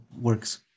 works